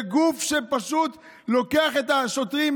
זה גוף שפשוט לוקח את השוטרים,